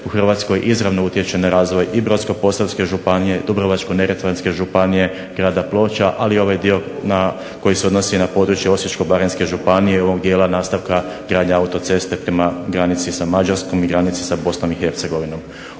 u Hrvatskoj izravno utječe na razvoj i Brodsko-posavske županije, Dubrovačko-neretvanske županije, grada Ploča, ali ovaj dio koji se odnosi na područje Osječko-baranjske županije i ovog dijela nastavka gradnje autoceste prema granici sa Mađarskom i granici sa Bosnom i Hercegovinom.